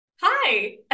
Hi